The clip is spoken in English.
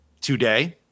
today